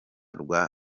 rwa